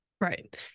Right